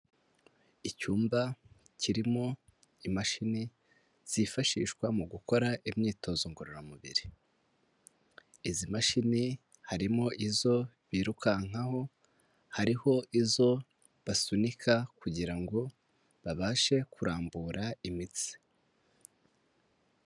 Icyumba kirimo imashini zifashishwa mu gukora imyitozo ngororamubiri, izi mashini harimo izo birukankaho, hariho izo basunika kugira ngo babashe kurambura imitsi.